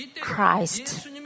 Christ